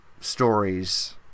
stories